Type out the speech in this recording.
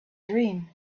dream